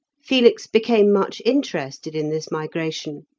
felix became much interested in this migration,